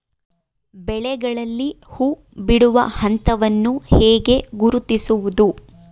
ಬೆಳೆಗಳಲ್ಲಿ ಹೂಬಿಡುವ ಹಂತವನ್ನು ಹೇಗೆ ಗುರುತಿಸುವುದು?